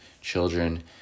children